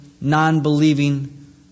non-believing